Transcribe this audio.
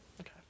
Okay